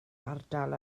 ardal